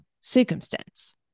circumstance